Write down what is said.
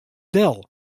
del